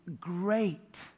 great